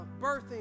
birthing